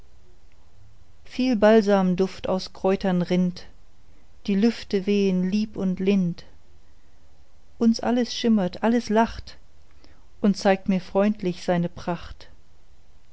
viel balsamduft aus kräutern rinnt die lüfte wehen lieb und lind und alles schimmert alles lacht und zeigt mir freundlich seine pracht